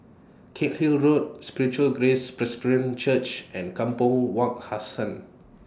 Cairnhill Road Spiritual Grace Presbyterian Church and Kampong Wak Hassan